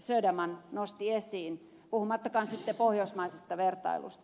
söderman nosti esiin puhumattakaan sitten pohjoismaisesta vertailusta